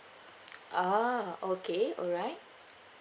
ah okay alright